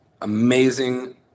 amazing